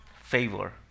favor